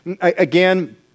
Again